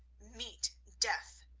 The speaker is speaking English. meet death!